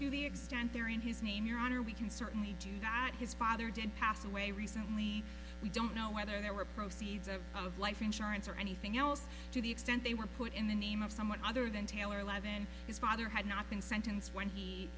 to the extent there in his name your honor we can certainly do not his father did pass away recently we don't know whether there were proceeds out of life insurance or anything else to the extent they were put in the name of someone other than taylor alive and his father had not been sentenced when he